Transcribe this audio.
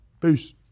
Peace